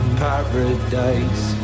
paradise